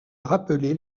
rappelait